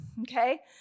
okay